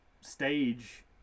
stage